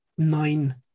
nine